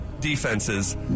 defenses